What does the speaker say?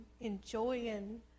enjoying